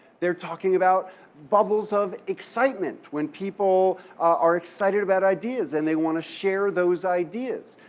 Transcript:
they're talking about bubbles of excitement when people are excited about ideas and they want to share those ideas.